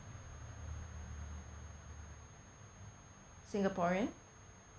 singaporean